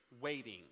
waiting